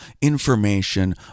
information